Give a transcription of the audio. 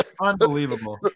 Unbelievable